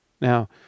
Now